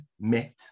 met